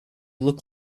look